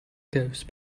goes